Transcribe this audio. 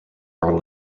are